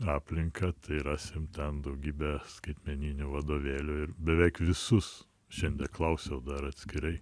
aplinką tai rasim ten daugybę skaitmeninių vadovėlių ir beveik visus šiandie klausiau dar atskirai